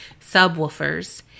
subwoofers